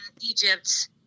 Egypt